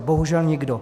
Bohužel nikdo.